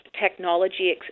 Technology